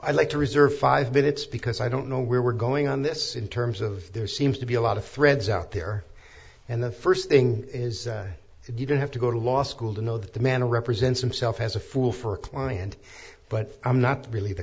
i'd like to reserve five minutes because i don't know where we're going on this in terms of there seems to be a lot of threads out there and the first thing is that you don't have to go to law school to know that the man who represents himself has a fool for a client but i'm not really the